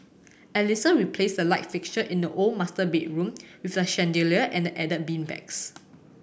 Alissa replaced the light fixture in the old master bedroom with a chandelier and added beanbags